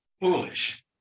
foolish